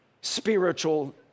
spiritual